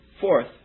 Fourth